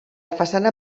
façana